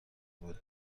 بود